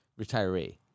retiree